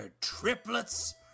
triplets